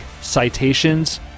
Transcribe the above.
citations